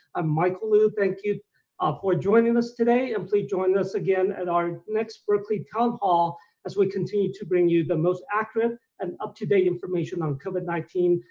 ah michael lu thank you um for joining us today and please join us again at our next berkeley town hall as we continue to bring you the most accurate and up-to-date information on covid nineteen.